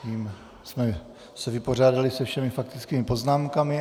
Tím jsme se vypořádali se všemi faktickými poznámkami.